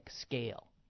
scale